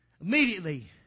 immediately